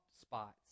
spots